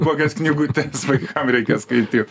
kokias knygutes vaikam reikia skaityt